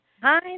Hi